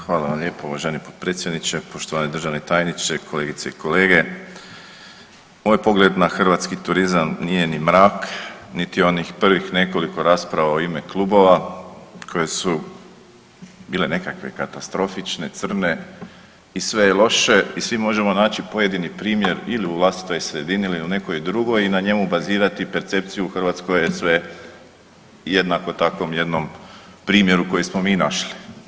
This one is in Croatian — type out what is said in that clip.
Hvala vam lijepo uvaženi potpredsjedniče, poštovani državni tajniče, kolegice i kolege, moj pogled na hrvatski turizam nije ni mrak niti onih prvih nekoliko rasprava u ime klubova koji se bile nekakve katastrofične, crne i sve je loše i svi možemo naći pojedini primjer ili u vlastitoj sredini ili u nekoj drugoj i na njemu bazirati percepciju u Hrvatskoj je sve jednako takvom jednom primjeru koji smo mi našli.